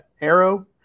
arrow